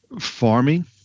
farming